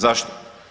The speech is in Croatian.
Zašto?